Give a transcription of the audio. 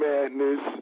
Madness